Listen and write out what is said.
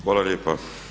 Hvala lijepa.